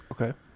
okay